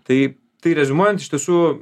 tai tai reziumuojant iš tiesų